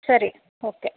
ಸರಿ ಓಕೆ